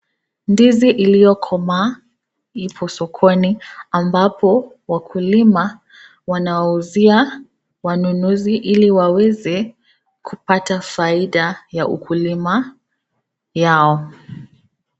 Ndizi iliyokoma ipo sokoni ambapo wakulima wanawauzia wanunuzi ili waweze kupata faida ya ukulima yao.